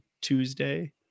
Tuesday